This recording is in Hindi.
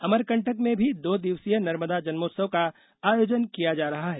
अमरकंटक में भी दो दिवसीय नर्मदा जन्मोत्सव का आयोजन किया जा रहा है